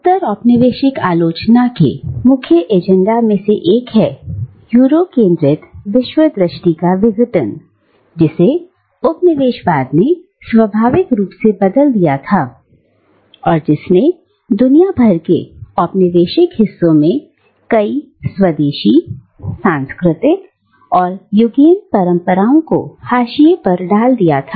उत्तर औपनिवेशिक आलोचना के मुख्य एजेंडा में से एक है यूरो केंद्रित विश्व दृष्टि का विघटन जिसे उपनिवेशवाद ने स्वाभाविक रूप से बदल दिया था और जिसने दुनिया भर के औपनिवेशिक हिस्सों में कई स्वदेशी सांस्कृतिक और युगीन परंपराओं को हाशिए पर डाल दिया था